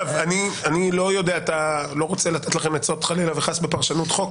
אני לא רוצה לתת לכם עצות חלילה וחס בפרשנות חוק,